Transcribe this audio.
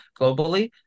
globally